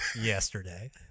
yesterday